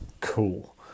Cool